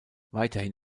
weiterhin